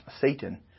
Satan